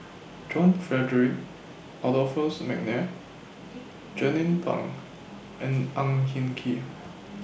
John Frederick Adolphus Mcnair Jernnine Pang and Ang Hin Kee